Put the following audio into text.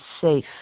safe